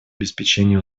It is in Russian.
обеспечения